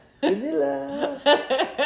vanilla